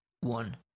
one